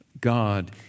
God